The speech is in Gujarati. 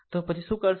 તો પછી શું કરશે